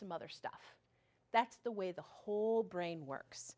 some other stuff that's the way the whole brain works